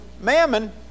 mammon